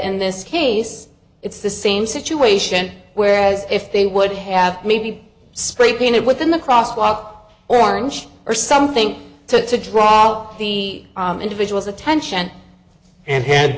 in this case it's the same situation whereas if they would have maybe spray painted with the cross off orange or something to draw out the individuals attention and head